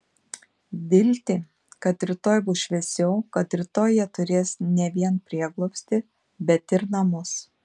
viltį kad rytoj bus šviesiau kad rytoj jie turės ne vien prieglobstį bet ir namus